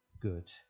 good